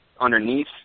underneath